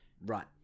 Right